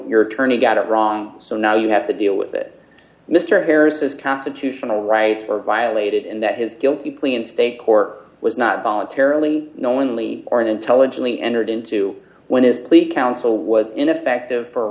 your attorney got it wrong so now you have to deal with it mr harris's constitutional rights were violated and that his guilty plea in state court was not voluntarily knowingly or intelligently entered into when his pleas counsel was ineffective for